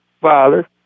father